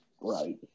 right